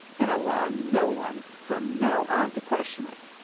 and allow no one from now on to question it.